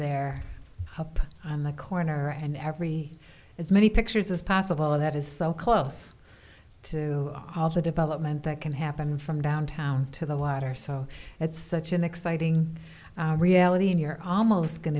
there up on the corner and every as many pictures as possible of that is so close to all the development that can happen from downtown to the water so it's such an exciting reality when you're almost going